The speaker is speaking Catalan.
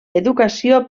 educació